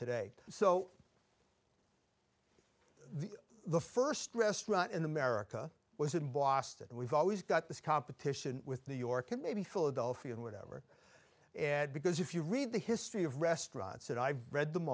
today so the the first restaurant in america was in boston and we've always got this competition with new york and maybe philadelphia and whatever and because if you read the history of restaurants that i've read them